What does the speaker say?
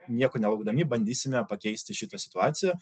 nieko nelaukdami bandysime pakeisti šitą situaciją